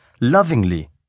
lovingly